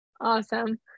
Awesome